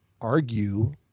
argue